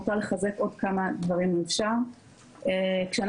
אני רוצה לחזק עוד כמה דברים, אם אפשר.